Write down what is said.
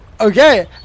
Okay